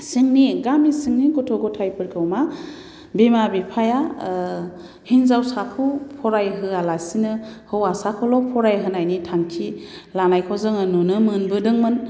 सिंनि गामि सिंनि गथ' गथायफोरखौ मा बिमा बिफाया हिनजावसाखौ फरायहोयालासिनो हौवासाखौल' फरायहोनायनि थांखि लानायखौ जोङो नुनो मोनबोदोंमोन